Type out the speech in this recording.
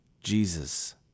Jesus